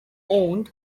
owned